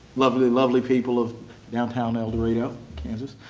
lovely, lovely people of downtown eldorado, kansas.